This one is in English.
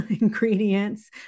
ingredients